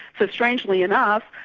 so strangely enough,